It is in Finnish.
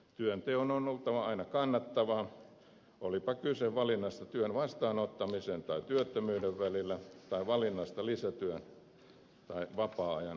työnteon on oltava aina kannattavaa olipa kyse valinnasta työn vastaanottamisen tai työttömyyden välillä tai valinnasta lisätyön tai vapaa ajan vieton välillä